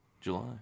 July